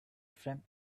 from